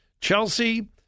Chelsea